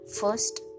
First